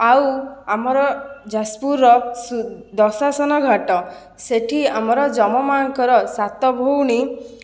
ଆଉ ଆମର ଯାଜପୁରର ଦଶାସନ ଘାଟ ସେଠି ଆମର ଯମ ମାଙ୍କର ସାତ ଭଉଣୀ